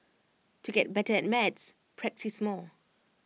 to get better at maths practise more